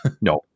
No